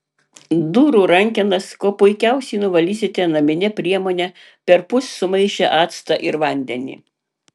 durų rankenas kuo puikiausiai nuvalysite namine priemone perpus sumaišę actą ir vandenį